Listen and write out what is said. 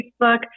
Facebook